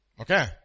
Okay